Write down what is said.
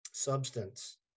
substance